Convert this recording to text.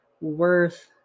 worth